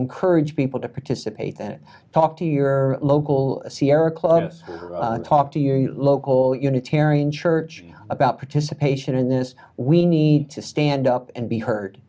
encourage people to participate and talk to your local sierra club talk to your local unitarian church about participation in this we need to stand up and be h